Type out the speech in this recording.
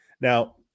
Now